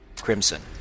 crimson